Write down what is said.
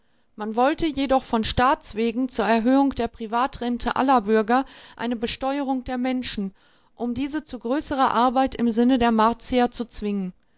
man wollte jedoch von staats wegen zur erhöhung der privatrente aller bürger eine besteuerung der menschen um diese zu größerer arbeit im sinne der martier zu zwingen